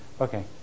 Okay